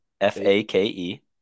F-A-K-E